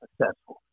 successful